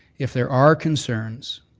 if there are concerns,